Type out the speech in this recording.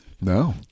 No